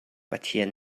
pathian